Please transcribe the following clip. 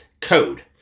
Code